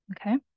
okay